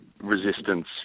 resistance